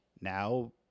now